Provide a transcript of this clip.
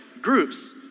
groups